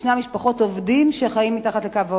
ישנן משפחות של עובדים שחיים מתחת לקו העוני.